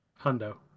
Hundo